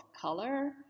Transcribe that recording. color